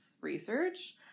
research